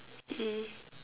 mm